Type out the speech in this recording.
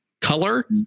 color